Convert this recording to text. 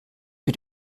für